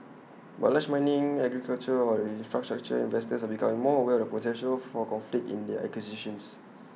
but large mining agricultural or infrastructure investors are becoming more aware of the potential for conflict in their acquisitions